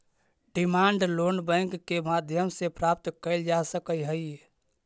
demand loan bank के माध्यम से प्राप्त कैल जा सकऽ हइ